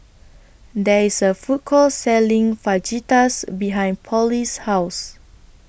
There IS A Food Court Selling Fajitas behind Polly's House